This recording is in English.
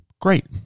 great